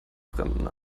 fremden